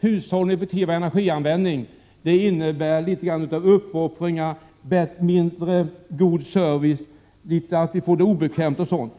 hushållning och effektiv energianvändning leder till uppoffringar och mindre god service och till att vi får det obekvämt m.m.